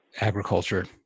Agriculture